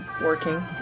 working